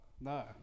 no